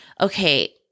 Okay